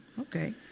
Okay